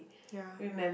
ya